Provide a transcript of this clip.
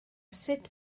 sut